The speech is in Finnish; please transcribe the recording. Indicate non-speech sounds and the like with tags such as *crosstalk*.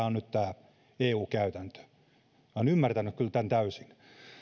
*unintelligible* on nyt eu käytäntö minä olen ymmärtänyt tämän kyllä täysin